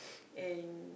and